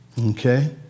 Okay